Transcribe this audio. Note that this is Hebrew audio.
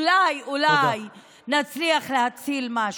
אולי, אולי נצליח להציל משהו.